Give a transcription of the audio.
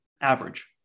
average